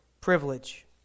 privilege